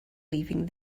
leaving